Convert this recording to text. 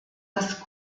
das